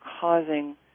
causing